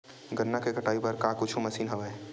गन्ना के कटाई बर का कुछु मशीन हवय?